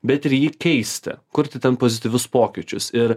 bet ir jį keisti kurti ten pozityvius pokyčius ir